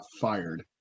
fired